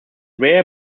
rare